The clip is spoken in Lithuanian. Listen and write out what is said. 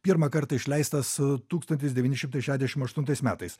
pirmą kartą išleistas tūkstantis devyni šimtai šešdešimt aštuntais metais